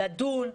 לדון.